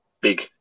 big